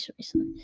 recently